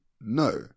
No